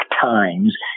Times